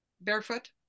barefoot